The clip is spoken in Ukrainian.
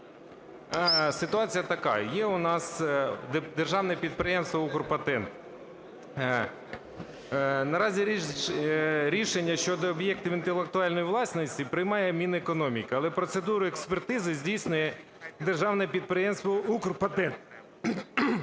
Ситуація така, є у нас Державне підприємство "Укрпатент". Наразі рішення щодо об'єктів інтелектуальної власності приймає Мінекономіки. Але процедуру експертизи здійснює Державне підприємство "Укрпатент".